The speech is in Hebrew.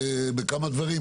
בכמה דברים,